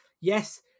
Yes